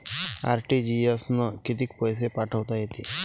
RTGS न कितीक पैसे पाठवता येते?